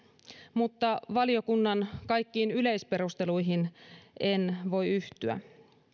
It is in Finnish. mutta valiokunnan kaikkiin yleisperusteluihin en voi yhtyä